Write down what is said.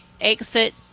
exit